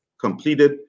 completed